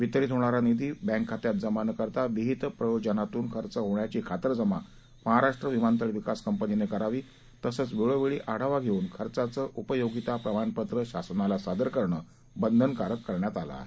वितरित होणारा निधी बँक खात्यात जमा न करता विहीत प्रयोजनातून खर्च होण्याची खातरजमा महाराष्ट्र विमानतळ विकास कंपनीनं करावी तसंच वेळोवळी आढावा घेऊन खर्चाचं उपयोगिता प्रमाणपत्र शासनाला सादर करणं बंधनकारक करण्यात आलं आहे